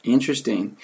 Interesting